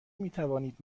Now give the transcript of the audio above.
میتوانید